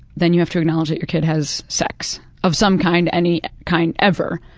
then you have to acknowledge that your kid has sex of some kind, any kind ever,